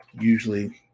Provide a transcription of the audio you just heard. usually